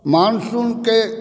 मानसूनकेॅं